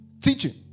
Teaching